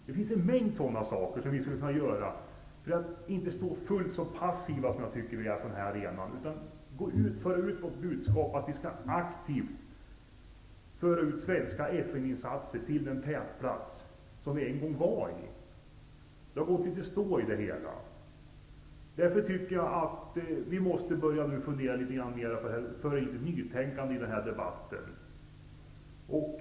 Det finns en mängd sådant vi skulle kunna göra för att inte stå så passiva som vi gör på arenan. Vi kan gå ut med budskapet att vi skall aktivt föra svenska FN-insatser till den tätplats de hade tidigare. Det hela har gått i stå. Jag tycker att vi nu måste börja föra in nytänkande i debatten.